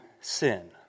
sin